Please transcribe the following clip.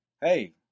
hey